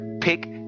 Pick